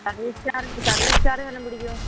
service charge service charge വല്ലോതും പിടിക്കുവോ